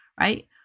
right